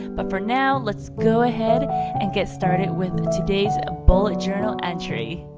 but for now, let's go ahead and get started with today's bullet journal entry.